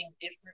different